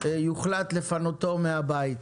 יוחלט לפנותו מהבית.